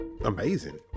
amazing